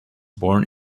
born